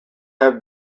have